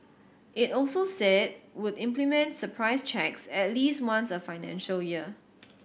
it also said would implement surprise checks at least once a financial year